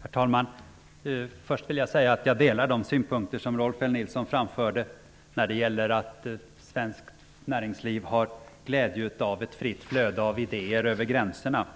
Herr talman! Först vill jag säga att jag delar de synpunkter som Rolf L Nilson framförde, dvs. att svenskt näringsliv har glädje av ett fritt flöde av idéer över gränserna